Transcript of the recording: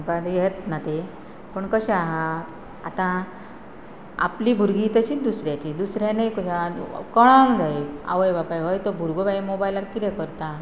आमकां येत ना ती पूण कशें आसा आतां आपली भुरगीं तशींच दुसऱ्याची दुसऱ्यानय कळक जाय आवय बापाय हय तो भुरगो बाय मोबायलार कितें करता